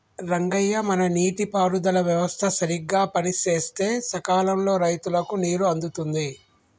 రంగయ్య మన నీటి పారుదల వ్యవస్థ సరిగ్గా పనిసేస్తే సకాలంలో రైతులకు నీరు అందుతుంది